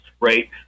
right